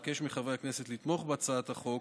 אבקש מחברי הכנסת לתמוך בהצעת החוק